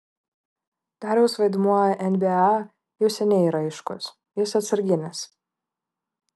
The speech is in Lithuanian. dariaus vaidmuo nba jau seniai yra aiškus jis atsarginis